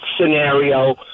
scenario